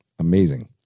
Amazing